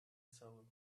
soul